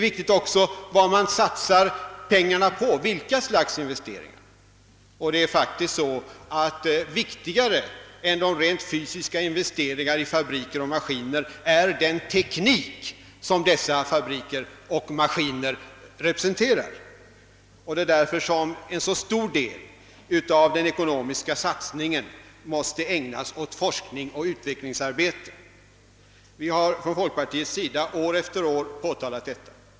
Viktigt är också vad man satsar pengarna på vilka slags investeringar man gör. Viktigare än de rent fysiska investeringarna i fabriker och maskiner är faktiskt den teknik som dessa fabriker och maskiner representerar. Det är därför en så stor del av den ekonomiska satsningen måste ägnas forskningsoch utvecklingsarbete. Vi inom folkpartiet har år efter år framfört dessa synpunkter.